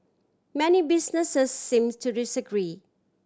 many businesses seems to disagree